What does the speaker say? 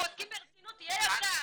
אנחנו עוסקים ברצינות, תהיה ישר.